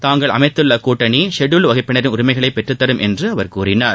தாங்கள் அமைத்துள்ள கூட்டணி ஷெட்யூல்டு வகுப்பினரின் உரிமைகளை பெற்றுத்தரும் என்று அவர் கூறினார்